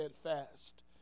steadfast